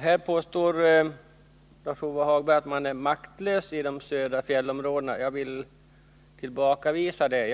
utbyggnaden. Lars-Ove Hagberg talar om att kommunerna i de södra fjällområdena står maktlösa. Jag vill tillbakavisa detta.